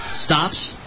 stops